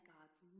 God's